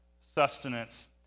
sustenance